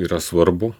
yra svarbu